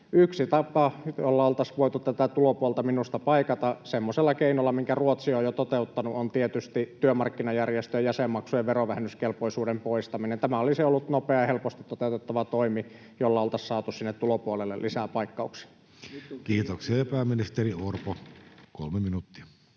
Yksi tapa, jolla minusta oltaisiin voitu tätä tulopuolta paikata semmoisella keinolla, minkä Ruotsi on jo toteuttanut, on tietysti työmarkkinajärjestöjen jäsenmaksujen verovähennyskelpoisuuden poistaminen. Tämä olisi ollut nopea ja helposti toteutettava toimi, jolla oltaisiin saatu sinne tulopuolelle lisää paikkauksia. Kiitoksia. — Ja pääministeri Orpo, kolme minuuttia.